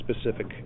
specific